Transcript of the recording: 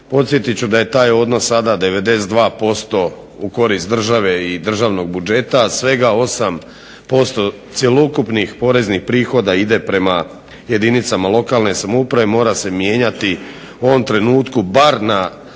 Podsjetit ću da je taj odnos sada 92% u korist države i državnog budžeta, a svega 8% cjelokupnih poreznih prihoda ide prema jedinicama lokalne samouprave. Mora se mijenjati u ovom trenutku bar na